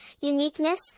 uniqueness